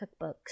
cookbooks